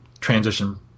transition